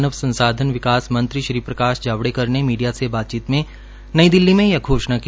मानव संसाधन विकास मंत्री श्री प्रकाश जावड़ेकर ने मीडिया से बातचीत में नई दिल्ली में यह घोषणा की